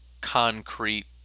concrete